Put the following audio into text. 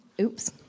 Oops